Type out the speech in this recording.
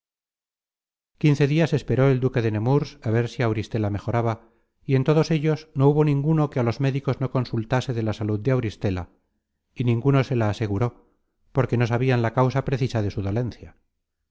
quince dias esperó el duque de nemurs á ver si auristela mejoraba y en todos ellos no hubo ninguno que á los médicos no consultase de la salud de auristela y ninguno se la aseguró porque no sabian la causa precisa de su